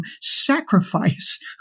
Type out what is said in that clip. sacrifice